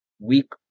Week